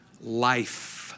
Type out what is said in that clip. Life